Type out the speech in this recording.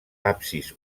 absis